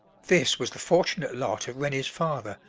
this was the fortunate lot of rennie's father,